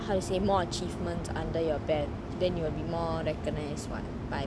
how to say more achievements under your belt then you will be more recognize [what] by